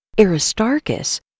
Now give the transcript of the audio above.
Aristarchus